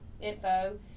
info